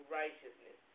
righteousness